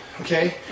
Okay